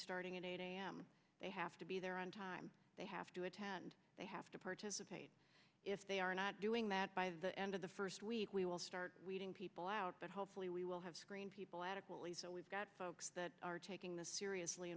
starting at eight am they have to be there on time they have to attend they have to participate if they are not doing that by the end of the first week we will start weeding people out but hopefully we will have screened people adequately so we've got folks that are taking this seriously